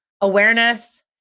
awareness